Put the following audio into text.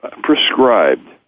prescribed